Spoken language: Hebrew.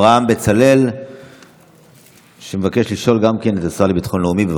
גם חבר הכנסת אברהם בצלאל מבקש לשאול את השר לביטחון לאומי.